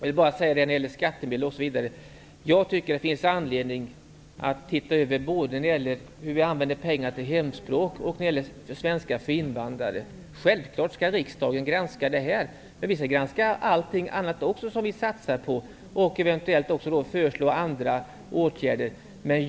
När det gäller skattemedel finns det anledning att se över hur vi använder pengar till både hemspråksundervisning och undervisning i svenska för invandrare. Självfallet skall riksdagen granska detta, men riksdagen skall också granska allt annat som vi satsar på och eventuellt föreslå andra åtgärder.